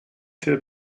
für